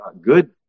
good